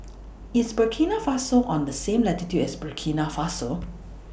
IS Burkina Faso on The same latitude as Burkina Faso